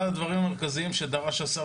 אחד הדברים המרכזיים שדרש השר,